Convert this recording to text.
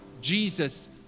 Jesus